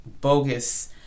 bogus